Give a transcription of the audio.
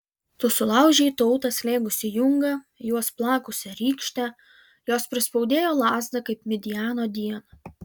tu sulaužei tautą slėgusį jungą juos plakusią rykštę jos prispaudėjo lazdą kaip midjano dieną